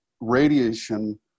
radiation